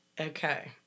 Okay